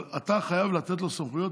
אבל אתה חייב לתת לו כל מיני סמכויות